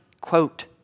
quote